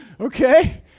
okay